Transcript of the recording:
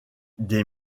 des